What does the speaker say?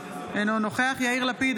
אינו נוכח יאיר לפיד,